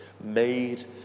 made